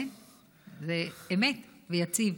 זה אמת ויציב.